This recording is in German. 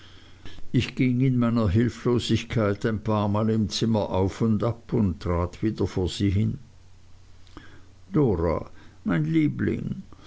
ich ging in meiner hilflosigkeit ein paar mal im zimmer auf und ab und trat wieder vor sie hin dora mein liebling